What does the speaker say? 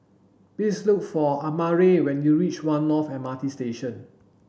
please look for Amare when you reach One North M R T Station